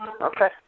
Okay